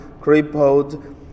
crippled